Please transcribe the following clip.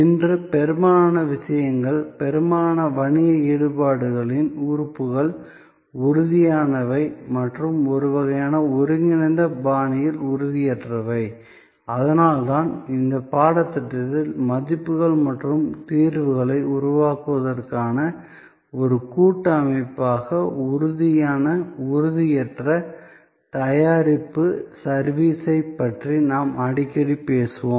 இன்று பெரும்பாலான விஷயங்கள் பெரும்பாலான வணிக ஈடுபாடுகளின் உறுப்புகள் உறுதியானவை மற்றும் ஒரு வகையான ஒருங்கிணைந்த பாணியில் உறுதியற்றவை அதனால்தான் இந்த பாடத்திட்டத்தில் மதிப்புகள் மற்றும் தீர்வுகளை உருவாக்குவதற்கான ஒரு கூட்டு அமைப்பாக உறுதியான உறுதியற்ற தயாரிப்பு சர்விஸ் ஐப் பற்றி நாம் அடிக்கடி பேசுவோம்